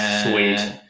Sweet